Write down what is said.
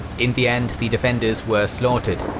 in the end the defenders were slaughtered,